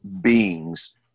beings